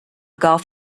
golf